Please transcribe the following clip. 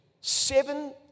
seven